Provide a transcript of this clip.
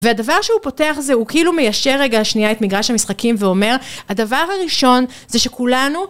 והדבר שהוא פותח זה הוא כאילו מיישר רגע שנייה את מגרש המשחקים ואומר הדבר הראשון זה שכולנו